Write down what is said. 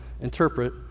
interpret